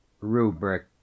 Rubric